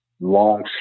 long